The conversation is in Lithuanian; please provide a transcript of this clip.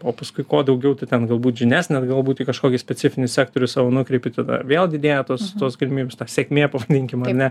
o paskui kuo daugiau tu ten galbūt žinias net galbūt į kažkokį specifinį sektorių savo nukreipi tada vėl didėja tos tos galimybės ta sėkmė pavadinkim ar ne